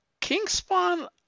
Kingspawn